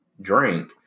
drink